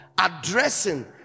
addressing